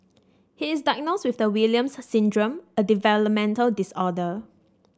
he is diagnosed with the Williams Syndrome a developmental disorder